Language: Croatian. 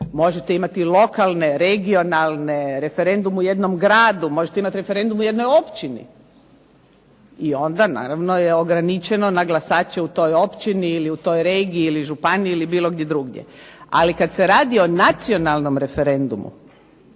Možete imati lokalne, regionalne, referendum u jednom gradu. Možete imati referendum u jednoj općini i onda naravno je ograničeno na glasače u toj općini ili u toj regiji ili županiji ili bilo gdje drugdje, ali kad se radi o nacionalnom referendumu